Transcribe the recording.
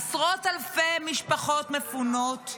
עשרות אלפי משפחות מפונות,